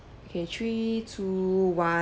okay three two one